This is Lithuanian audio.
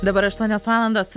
dabar aštuonios valandos